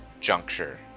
juncture